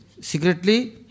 secretly